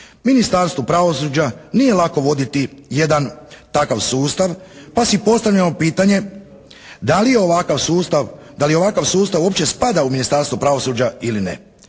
Ministarstvu pravosuđa nije lako voditi jedan takav sustav pa si postavljamo pitanje da li ovakav sustav uopće spada u Ministarstvo pravosuđa ili ne.